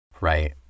Right